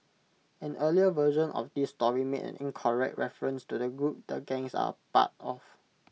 an earlier version of this story made an incorrect reference to the group the gangs are part of